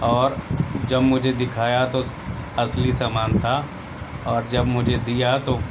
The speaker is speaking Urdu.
اور جب مجھے دکھایا تو اصلی سامان تھا اور جب مجھے دیا تو